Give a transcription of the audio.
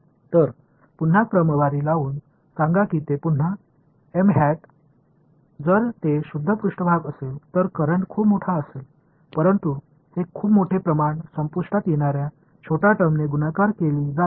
तर पुन्हा क्रमवारी लावून सांगा की हे पुन्हा जर ते शुद्ध पृष्ठभाग असेल तर करंट खूप मोठा असेल परंतु हे खूप मोठे प्रमाण संपुष्टात येणाऱ्या छोट्या टर्मने गुणाकार केली जाते